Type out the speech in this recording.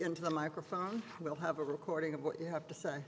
into the microphone will have a recording of what you have to say